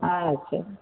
अच्छा